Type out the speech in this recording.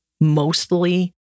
mostly